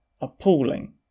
appalling